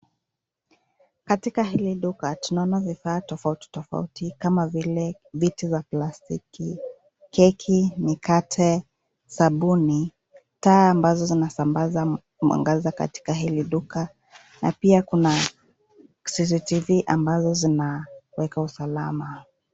Katika hili duka kuna vifaa mbalimbali kama viti za plastiki, keki, mkate, sabuni, taa ambavyo hutoa mwangaza ndani ya hili duka. Pia kuna vifaa vya usalama vilivyowekwa kama vile camera za cctv